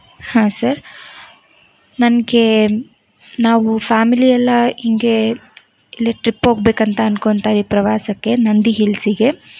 ಹಾಂ ಸರ್ ನನ್ಗೆ ನಾವು ಫ್ಯಾಮಿಲಿ ಎಲ್ಲ ಹೀಗೆ ಇಲ್ಲೇ ಟ್ರಿಪ್ ಹೋಗ್ಬೇಕಂತ ಅಂದ್ಕೋತ ಈ ಪ್ರವಾಸಕ್ಕೆ ನಂದಿ ಹಿಲ್ಸಿಗೆ